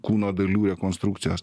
kūno dalių rekonstrukcijos